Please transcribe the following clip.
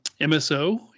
MSO